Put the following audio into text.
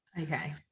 okay